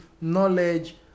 knowledge